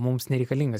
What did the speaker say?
mums nereikalingas